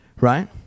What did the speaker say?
Right